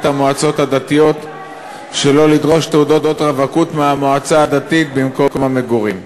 המועצות הדתיות שלא לדרוש תעודת רווקות מהמועצה הדתית במקום המגורים?